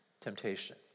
temptation